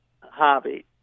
hobby